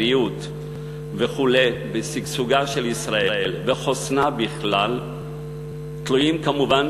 בריאות וכו' שגשוגה של ישראל וחוסנה בכלל תלויים כמובן